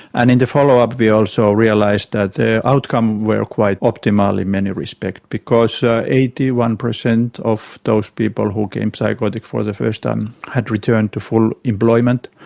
and in the follow-up we also realised that the outcomes were quite optimal in many respects because eighty one percent of those people who became psychotic for the first time had returned to full employment,